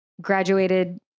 Graduated